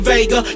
Vega